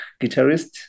guitarist